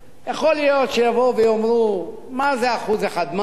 יכול להיות שיבואו ויאמרו: מה זה 1% מע"מ?